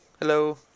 hello